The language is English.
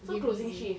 very busy